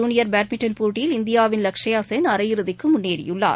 junior badminton போட்டியில் இந்தியாவின் லக்ஷியாசென் உலக அரையிறுதிக்குமுன்னேறியுள்ளார்